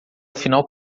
final